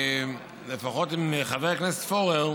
לפחות מצד חבר הכנסת פורר,